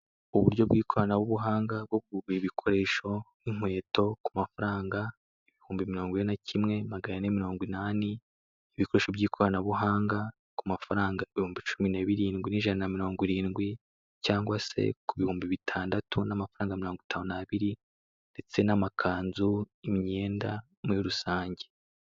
Uburyo bw'ikoranabuhanga bwo kugura ibikoresho nk'inkweto ku mafaranga 41,480 Frw, ibikoresho bw'ikoranabuhanga ku mafaranga 17,170 Frw, cyangwa se mu bihumbi 6052 Frw, ndetse n'amakanzu; imyenda muri rusange.